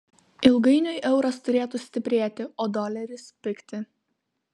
ilgainiui euras turėtų stiprėti o doleris pigti